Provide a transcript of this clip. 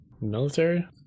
military